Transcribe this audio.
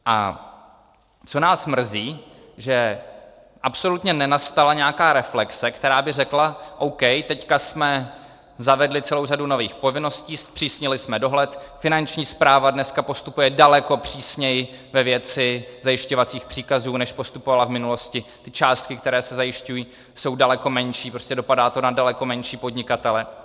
A co nás mrzí, že absolutně nenastala nějaká reflexe, která by řekla: O.K., teď jsme zavedli celou řadu nových povinností, zpřísnili jsme dohled, Finanční správa dneska postupuje daleko přísněji ve věci zajišťovacích příkazů, než postupovala v minulosti, ty částky, které se zajišťují, jsou daleko menší, prostě dopadá to na daleko menší podnikatele.